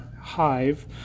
hive